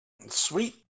Sweet